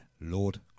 Lord